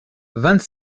vingt